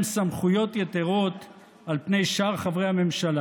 סמכויות יתרות על פני שאר חברי הממשלה,